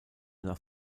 nach